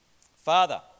Father